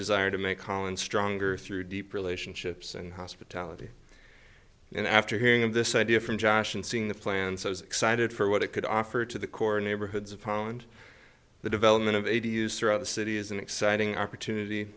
desire to make holland stronger through deep relationships and hospitality and after hearing of this idea from josh and seeing the plans i was excited for what it could offer to the core neighborhoods of holland the development of a to use throughout the city is an exciting opportunity